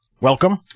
Welcome